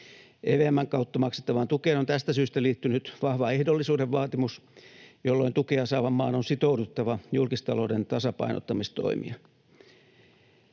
EVM:n kautta maksettavaan tukeen on tästä syystä liittynyt vahva ehdollisuuden vaatimus, jolloin tukea saavan maan on sitouduttava julkistalouden tasapainottamistoimiin.